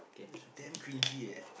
it's damn cringy eh